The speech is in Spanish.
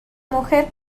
mujer